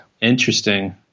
Interesting